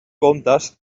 comptes